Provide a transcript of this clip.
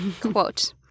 Quote